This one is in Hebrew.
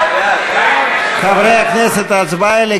על לחלופין להצביע, אדוני?